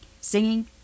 Singing